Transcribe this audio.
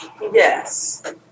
yes